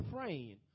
praying